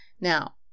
Now